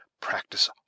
practice